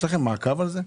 יש לכם מעקב אחר זה?